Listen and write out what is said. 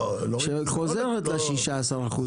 שחוזרת ל-16%.